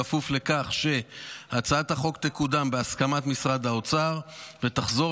בכפוף לכך שהצעת החוק תקודם בהסכמת משרד האוצר ותחזור